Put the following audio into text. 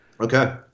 Okay